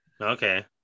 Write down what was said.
okay